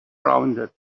rounded